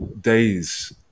days